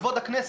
לכבוד הכנסת.